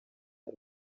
ari